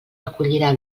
recollirà